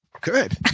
Good